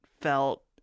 felt